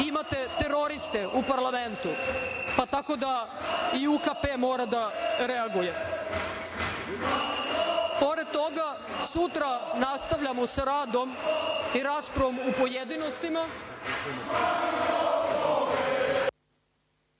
imate teroriste u parlamentu, tako da i UKP mora da reaguje. Pored toga, sutra nastavljamo sa radom u pojedinostima